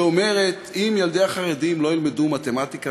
שאומרת: אם ילדי החרדים לא ילמדו מתמטיקה